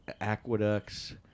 aqueducts